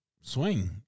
swing